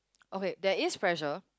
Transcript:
okay there is pressure